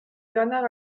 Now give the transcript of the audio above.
bernard